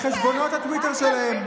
אנשי הטוויטר, אדוני.